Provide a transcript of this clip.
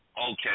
Okay